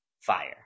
fire